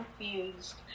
confused